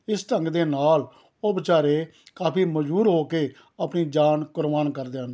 ਇਸ ਢੰਗ ਦੇ ਨਾਲ ਉਹ ਬੇਚਾਰੇ ਕਾਫੀ ਮਜ਼ਬੂਰ ਹੋ ਕੇ ਆਪਣੀ ਜਾਨ ਕੁਰਬਾਨ ਕਰਦੇ ਹਨ